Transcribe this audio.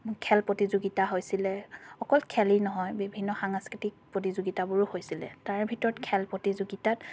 খেল প্ৰতিযোগিতা হৈছিলে অকল খেলেই নহয় বিভিন্ন সাংস্কৃতিক প্ৰতিযোগিতাবোৰো হৈছিলে তাৰে ভিতৰত খেল প্ৰতিযোগিতাত